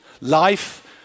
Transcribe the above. Life